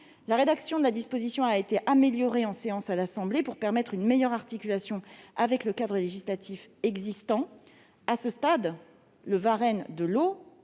La rédaction de cette disposition a été améliorée en séance à l'Assemblée nationale pour permettre une meilleure articulation avec le cadre législatif existant. À ce stade, le Varenne de l'eau